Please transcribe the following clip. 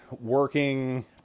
working